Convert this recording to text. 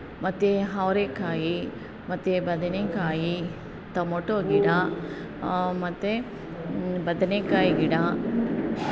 ಮತ್ತು ಅವರೆಕಾಯಿ ಮತ್ತು ಬದನೇಕಾಯಿ ತಮೊಟೋ ಗಿಡ ಮತ್ತು ಬದನೇಕಾಯಿ ಗಿಡ